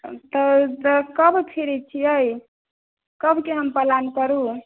तऽ तऽ कब फ्री छियै कबके हम प्लान करू